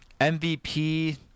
mvp